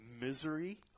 misery